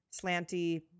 slanty